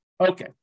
Okay